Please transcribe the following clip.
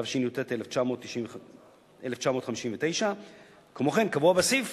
התשי"ט 1959. כמו כן קבועה בסעיף